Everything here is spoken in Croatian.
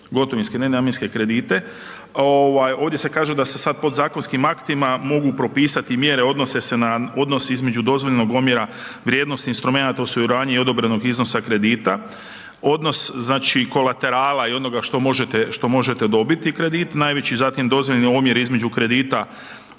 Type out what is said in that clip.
gotovinske nenamjenske kredite ovaj ovdje se kaže da se sad podzakonskim aktima mogu propisati mjere odnose se na odnos između dozvoljenog omjera vrijednosti instrumenata u suradnji i odobrenog iznosa kredita. Odnos znači kolaterala i onoga što možete dobiti kredit, najveći. Znači dozvoljeni omjer između kredita,